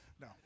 No